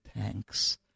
tanks